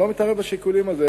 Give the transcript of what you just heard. אני לא מתערב בשיקולים על זה.